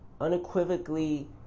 unequivocally